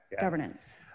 governance